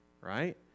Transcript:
right